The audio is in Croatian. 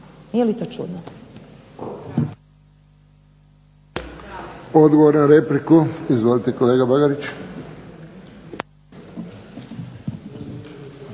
Nije li to čudno?